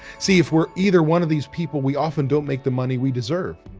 see if we're either one of these people. we often don't make the money we deserve,